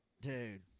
Dude